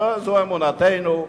זו אמונתנו,